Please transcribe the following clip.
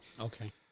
Okay